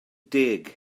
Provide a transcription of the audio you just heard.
deg